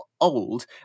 old